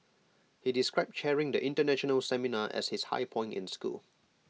he described chairing the International seminar as his high point in school